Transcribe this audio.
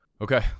Okay